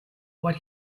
what